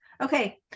Okay